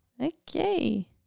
Okay